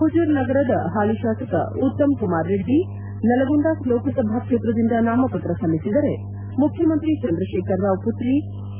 ಹುಜುರ್ ನಗರದ ಹಾಲಿ ಶಾಸಕ ಉತ್ತಮ್ ಕುಮಾರ್ ರೆಡ್ಡಿ ನಲಗೊಂಡ ಲೋಕಸಭಾ ಕ್ಷೇತ್ರದಿಂದ ನಾಮಪತ್ರ ಸಲ್ಲಿಸಿದರೆ ಮುಖ್ಯಮಂತ್ರಿ ಚಂದ್ರಶೇಖರ್ ರಾವ್ ಪುತ್ರಿ ಕೆ